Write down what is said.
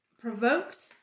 provoked